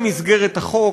במסגרת החוק,